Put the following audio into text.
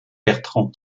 bertrand